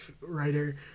writer